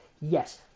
Yes